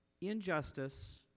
injustice